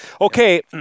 Okay